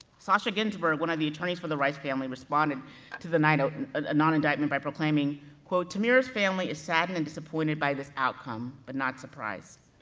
sasha ginzberg, one of the attorneys for the rice family responded to the ah non-indictment by proclaiming, quote, tamir's family is saddened and disappointed by this outcome, but not surprised.